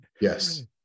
yes